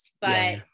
but-